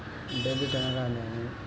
Debit అనగానేమి?